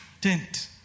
Tent